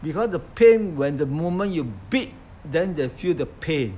because the pain when the moment you beat then they feel they pay